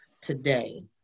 today